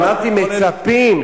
אמרתי: מצפים.